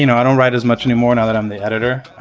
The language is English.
you know i don't write as much anymore now that i'm the editor.